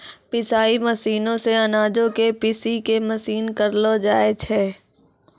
पिसाई मशीनो से अनाजो के पीसि के महीन करलो जाय छै